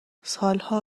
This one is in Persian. سالها